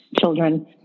children